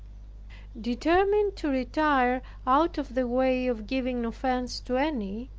determined to retire out of the way of giving offense to any,